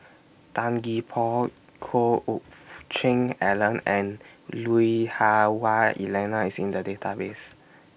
Tan Gee Paw Choe Fook Cheong Alan and Lui Hah Wah Elena IS in The Database